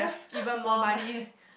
mormon